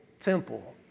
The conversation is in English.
temple